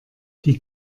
die